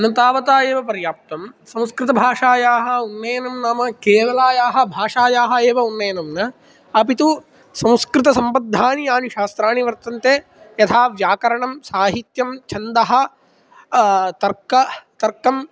न तावता एव पर्याप्तं संस्कृतभाषायाः उन्नयनं नाम केवलायाः भाषायाः एव उन्नयनं न अपि तु संस्कृतसम्बन्धानि यानि शास्त्राणि वर्तन्ते यथा व्याकरणं साहित्यं छन्दः तर्क तर्कं